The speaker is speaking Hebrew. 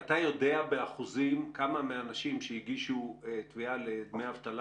אתה מגיש את ההצהרה שלך ואוטומטית זה מחודש לגבי המוצרים